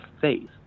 faith